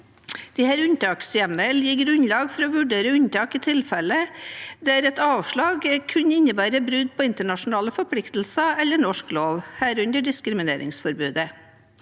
unntakshjemlene gir grunnlag for å vurdere unntak i tilfeller der et avslag kunne innebære brudd på internasjonale forpliktelser eller norsk lov, herunder diskrimineringsforbudet.